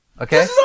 Okay